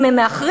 אם הם מאחרים,